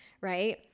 right